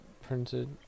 printed